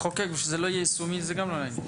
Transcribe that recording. לחוקק ושזה לא יהיה יישומי, זה לא לעניין.